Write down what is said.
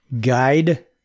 guide